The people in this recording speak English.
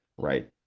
right